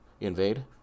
Invade